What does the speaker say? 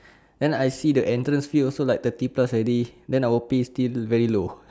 then I see the entrance fee also like thirty plus already then our pay still very low